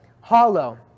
hollow